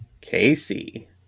Casey